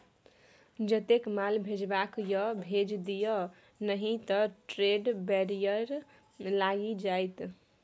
जतेक माल भेजबाक यै भेज दिअ नहि त ट्रेड बैरियर लागि जाएत